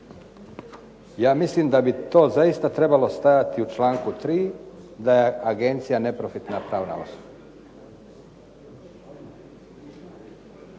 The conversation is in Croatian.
Ja mislim da bi to zaista trebalo stajati u čl. 3. da je agencija neprofitna pravna osoba.